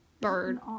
bird